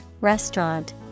restaurant